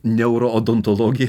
neuro odontologiją